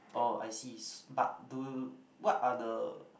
oh I sees but do what are the